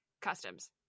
customs